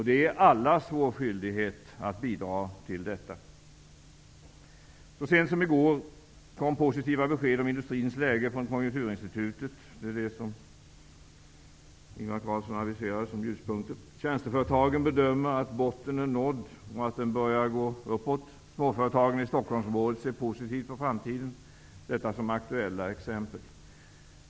Det är allas vår skyldighet att bidra till detta. Så sent som i går kom positiva besked om industrins läge från Konjunkturinstitutet. Det är väl det som Ingvar Carlsson aviserade som ljuspunkter. Tjänsteföretagen bedömer att botten är nådd och att det nu börjar gå uppåt, småföretagen i Stockholmsområdet ser positivt på framtiden -- detta som aktuella exempel.